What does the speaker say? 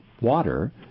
water